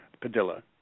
Padilla